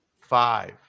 five